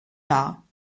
dar